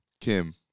Kim